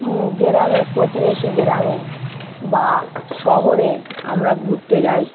গ্রামে প্রতিবেশী গ্রামে বা শহরে আমরা ঘুরতে যাই